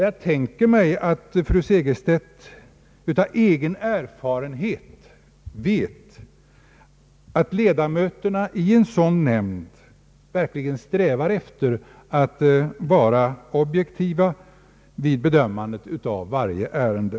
Jag tänker mig att fru Segerstedt Wiberg av egen erfarenhet vet att ledamöterna i en sådan nämnd verkligen strävar efter att vara objektiva vid bedömningen av varje ärende.